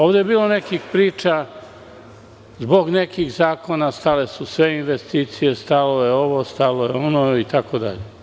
Ovde je bilo nekih priča zbog nekih zakona stale su sve investicije, stalo je ovo, stalo je ono itd.